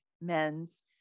men's